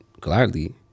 gladly